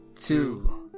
two